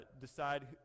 decide